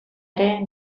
ere